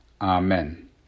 Amen